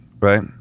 right